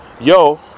Yo